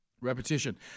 Repetition